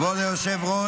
כבוד היושב-ראש,